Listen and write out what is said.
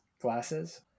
glasses